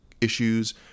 issues